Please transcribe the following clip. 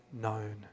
known